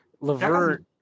Levert